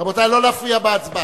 רבותי, לא להפריע בהצבעה.